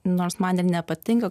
nors man nepatinka